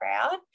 proud